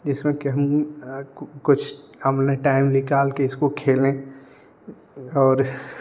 जिसमें कि हम कुछ अपना टाइम निकालकर इसको खेलने और